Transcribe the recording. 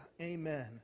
Amen